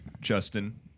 justin